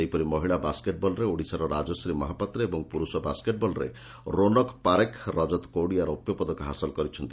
ସେହିପରି ମହିଳା ବାସେଟବଲ୍ରେ ଓଡ଼ିଶାର ରାଜଶ୍ରୀ ମହାପାତ୍ର ଏବଂ ପୁରୁଷ ବାସ୍କେଟ୍ବଲ୍ରେ ରୋନକ ପାରେଖ ରଜତ କାଡ଼ିଆ ରୌପ୍ୟ ପଦକ ହାସଲ କରିଛନ୍ତି